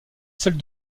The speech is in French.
seule